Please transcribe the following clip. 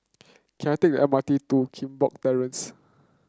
can I take the M R T to Limbok Terrace